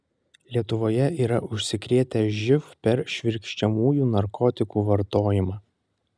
lietuvoje yra užsikrėtę živ per švirkščiamųjų narkotikų vartojimą